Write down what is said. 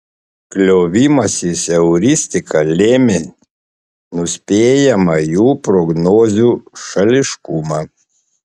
kliovimasis euristika lėmė nuspėjamą jų prognozių šališkumą